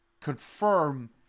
confirm